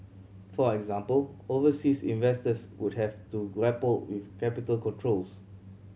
for example overseas investors would have to grapple with capital controls